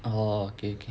oh okay